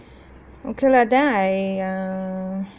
okay lah than I err